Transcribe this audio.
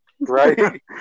Right